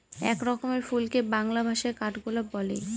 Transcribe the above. এক রকমের ফুলকে বাংলা ভাষায় কাঠগোলাপ বলে